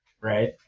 right